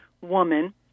woman